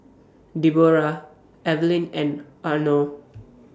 Deborrah Evelyn and Arno